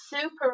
super